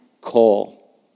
call